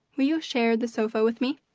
will you share the sofa with me?